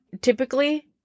typically